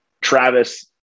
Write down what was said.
Travis